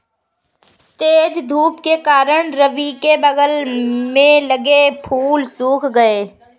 तेज धूप के कारण, रवि के बगान में लगे फूल सुख गए